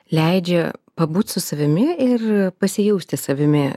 leidžia pabūt su savimi ir pasijausti savimi